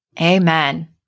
Amen